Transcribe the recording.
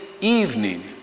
evening